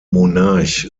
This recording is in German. monarch